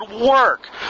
work